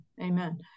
Amen